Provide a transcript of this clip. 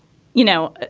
you know,